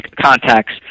contacts